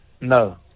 No